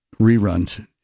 reruns